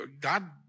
god